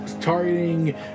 targeting